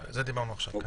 על זה דיברנו עכשיו.